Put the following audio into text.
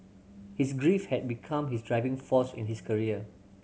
his grief had become his driving force in his career